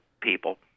people